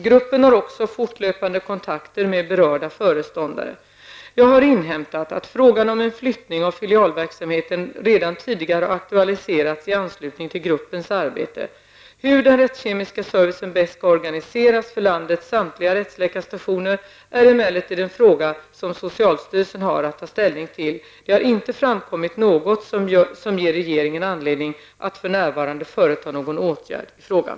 Gruppen har också fortlöpande kontakter med berörda föreståndare. Jag har inhämtat att frågan om en flyttning av filialverksamheten redan tidigare har aktualiserats i anslutning till gruppens arbete. Hur den rättskemiska servicen bäst skall organiseras för landets samtliga rättsläkarstationer är emellertid en fråga som socialstyrelsen har att ta ställning till. Det har inte framkommit något som ger regeringen anledning att för närvarande företa någon åtgärd i frågan.